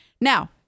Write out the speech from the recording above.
Now